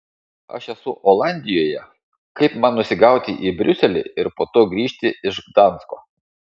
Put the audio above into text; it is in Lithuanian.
aš esu olandijoje kaip man nusigauti į briuselį ir po to grįžti iš gdansko